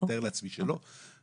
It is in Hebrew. אני מתאר לעצמי שלא,